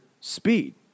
speed